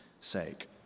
sake